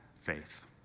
faith